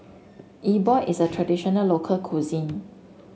E Bua is a traditional local cuisine